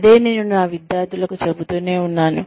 అదే నేను నా విద్యార్థులకు చెబుతూనే ఉన్నాను